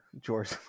George